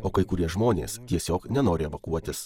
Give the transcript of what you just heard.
o kai kurie žmonės tiesiog nenori evakuotis